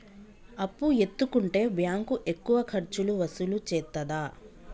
అప్పు ఎత్తుకుంటే బ్యాంకు ఎక్కువ ఖర్చులు వసూలు చేత్తదా?